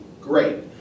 Great